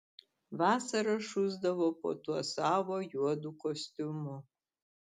vasarą šusdavo po tuo savo juodu kostiumu